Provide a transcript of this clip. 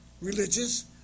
religious